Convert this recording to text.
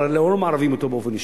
אבל לא מערבים אותו באופן אישי.